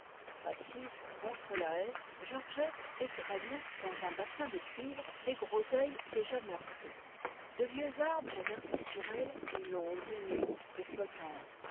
assise contre la haie georgette égrenait dans un bassin de cuivre les groseilles déjà meurtries de vieux arbres versaient sur elle une ombre humide et flottante